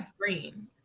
green